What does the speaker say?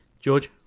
George